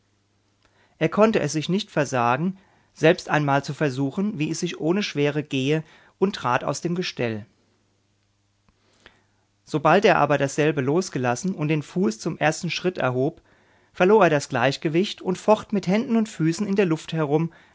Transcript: er konnte es sich nicht versagen selbst einmal zu versuchen wie es sich ohne schwere gehe und trat aus seinem gestell sobald er aber dasselbe losgelassen und den fuß zum ersten schritt erhob verlor er das gleichgewicht und focht mit händen und füßen in der luft herum